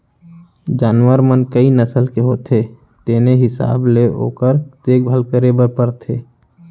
जानवर मन कई नसल के होथे तेने हिसाब ले ओकर देखभाल करे बर परथे